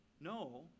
No